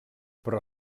però